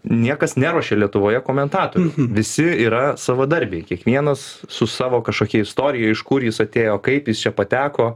niekas neruošia lietuvoje komentatorių visi yra savadarbiai kiekvienas su savo kažkokia istorija iš kur jis atėjo kaip jis čia pateko